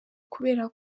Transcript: kubera